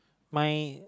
my